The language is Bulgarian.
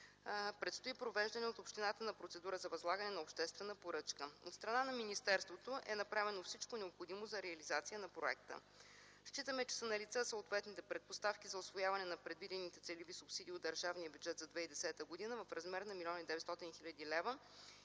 Предстои провеждане от общината на процедура за възлагане на обществена поръчка. От страна на министерството е направено всичко необходимо за реализация на проекта. Считаме, че са налице съответните предпоставки за усвояване на предвидените целеви субсидии от държавния бюджет за 2010 г. в размер на 1 млн. 900 хил.